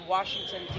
Washington